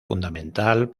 fundamental